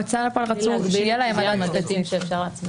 ההוצאה לפועל רצו שיהיה להם מדד --- אני